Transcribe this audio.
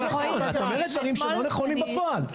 את אומרת דברים שהם לא נכונים בפועל.